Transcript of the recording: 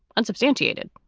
unsubstantiated.